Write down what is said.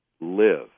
live